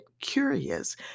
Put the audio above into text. curious